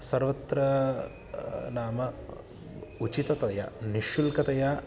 सर्वत्र नाम उचिततया निःशुल्कतया